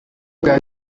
bwa